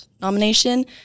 nomination